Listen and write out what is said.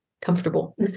comfortable